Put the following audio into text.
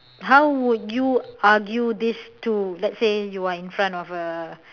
how would you argue this to let's say you are in front of a